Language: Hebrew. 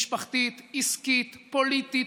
משפחתית, עסקית, פוליטית.